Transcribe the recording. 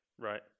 Right